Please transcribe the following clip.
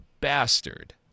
bastard